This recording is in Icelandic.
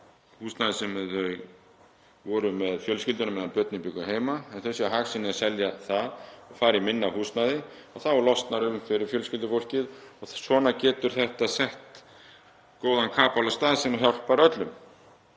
húsnæðið sem þau voru í með fjölskylduna meðan börnin bjuggu heima, ef þau sjái hag sinn í að selja það og fara í minna húsnæði þá losnar um fyrir fjölskyldufólkið og svona getur þetta sett góðan kapal af stað sem hjálpar öllum.